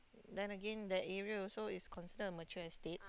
then again that area also is consider a mature estate